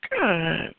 good